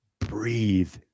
breathe